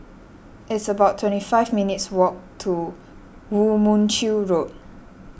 it's about twenty five minutes' walk to Woo Mon Chew Road